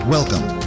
Welcome